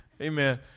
Amen